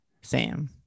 Sam